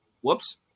Whoops